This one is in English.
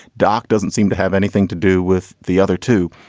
doc doesn't seem to have anything to do with the other two.